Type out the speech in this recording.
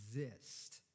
exist